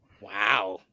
Wow